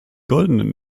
goldenen